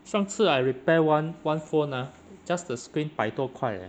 上次 I repair one one phone ah just the screen 百多块 eh